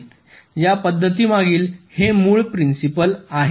या पद्धतीमागील हे मूळ प्रिंसिपल आहे